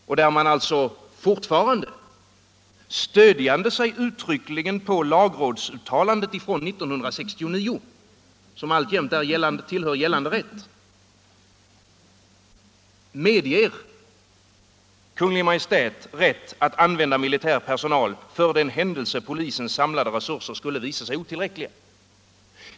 Fortfarande uttryckligen stödjande sig på lagrådsuttalandet från 1969, som alltjämt tillhör gällande rätt, medger man Kungl. Maj:t rätt att använda militär personal för den händelse polisens samlade resurser skulle visa sig otillräckliga.